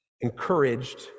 encouraged